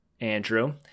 Andrew